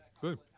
Good